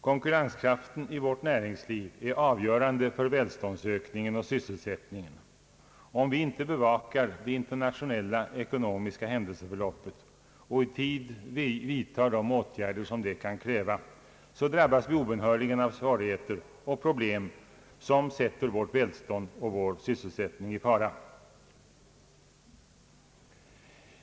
Konkurrenskraften i vårt näringsliv är avgörande för välståndsökningen och sysselsättningen. Om vi inte beva kar det internationella ekonomiska händelseförloppet och i tid vidtar de åtgärder detta kan kräva, drabbas vi obönhörligen av svårigheter och problem som sätter vårt välstånd och vår sysselsättning i fara.